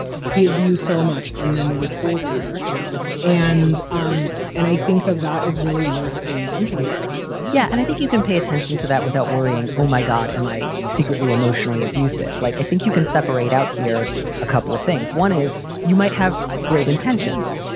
give you so much and then withhold leader and. um and i think that that is really worth paying attention to yeah. and i think you can pay attention to that without worrying. oh, my god, am i secretly emotionally abusive? like, i think you can separate out here a couple of things. one is you might have great intentions.